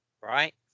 Right